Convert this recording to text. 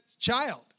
child